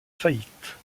faillite